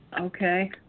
Okay